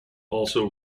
also